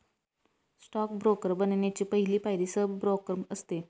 stock broker बनण्याची पहली पायरी सब ब्रोकर असते